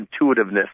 intuitiveness